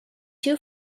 two